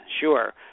sure